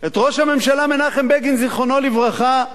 את ראש הממשלה מנחם בגין, זיכרונו לברכה,